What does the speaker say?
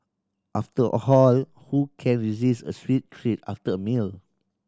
after all whole who can resist a sweet treat after a meal